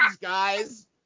guys